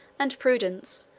and prudence,